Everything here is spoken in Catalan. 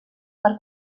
per